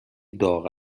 داغ